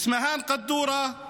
איסמהאן קדורה,